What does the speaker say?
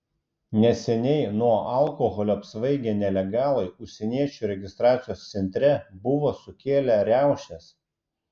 neseniai nuo alkoholio apsvaigę nelegalai užsieniečių registracijos centre buvo sukėlę riaušes